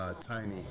Tiny